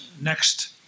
next